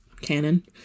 canon